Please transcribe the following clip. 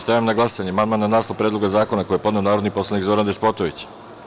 Stavljam na glasanje amandman na naslov Predloga zakona koji je podneo narodni poslanik Zoran Despotović.